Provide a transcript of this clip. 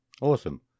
awesome